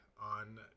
on